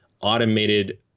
automated